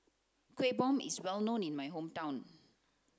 kueh bom is well known in my hometown